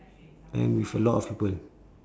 and with a lot of people